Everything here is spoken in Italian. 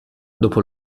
dopo